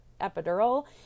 epidural